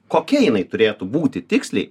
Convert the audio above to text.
kokia jinai turėtų būti tiksliai